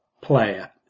player